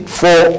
four